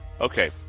Okay